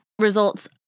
results